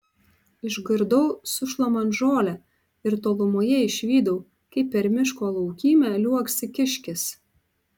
išgirdau sušlamant žolę ir tolumoje išvydau kaip per miško laukymę liuoksi kiškis